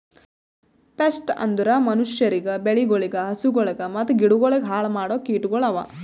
pest ಅಂದುರ್ ಮನುಷ್ಯರಿಗ್, ಬೆಳಿಗೊಳ್, ಹಸುಗೊಳ್ ಮತ್ತ ಗಿಡಗೊಳ್ ಹಾಳ್ ಮಾಡೋ ಕೀಟಗೊಳ್ ಅವಾ